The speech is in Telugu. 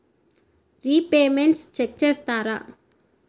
రిపేమెంట్స్ చెక్ చేస్తారా?